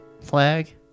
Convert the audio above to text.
flag